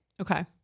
Okay